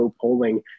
Polling